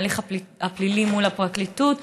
ההליך הפלילי מול הפרקליטות,